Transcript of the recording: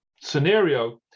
scenario